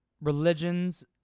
religions